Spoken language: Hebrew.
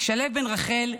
שליו בן רחל,